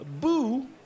Boo